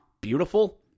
beautiful